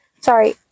Sorry